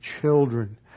children